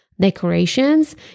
decorations